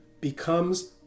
becomes